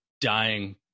dying